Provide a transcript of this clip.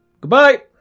Goodbye